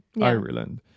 ireland